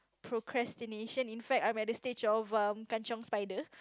procrastination in fact I'm at the stage of um kanchiong spider